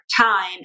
time